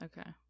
okay